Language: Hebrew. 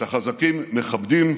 את החזקים מכבדים,